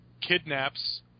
kidnaps